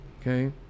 okay